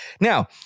Now